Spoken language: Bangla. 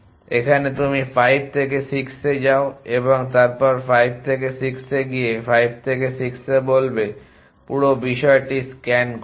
এখানে তুমি 5 থেকে 6 এ যাও এবং তারপর 5 থেকে 6 এ গিয়ে 5 থেকে 6 এ বলবে বলে পুরো বিষয়টি স্ক্যান করবে